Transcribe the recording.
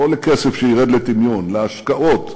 לא לכסף שירד לטמיון, להשקעות,